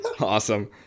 Awesome